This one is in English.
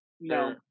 No